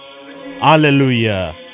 Hallelujah